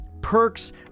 perks